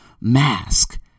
mask